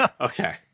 okay